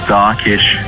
Darkish